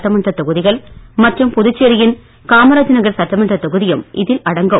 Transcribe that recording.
சட்டமன்றத் தொகுதிகள் மற்றும் புதுச்சேரியின் காமராஜ் நகர் சட்டமன்ற தொகுதியும் இதில் அடங்கும்